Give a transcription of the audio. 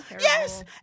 yes